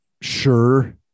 sure